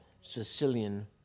Sicilian